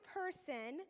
person